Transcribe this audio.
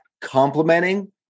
complementing